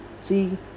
See